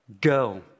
Go